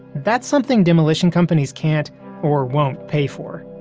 that's something demolition companies can't or won't pay for.